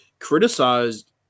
criticized